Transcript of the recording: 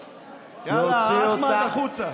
אחמד, החוצה.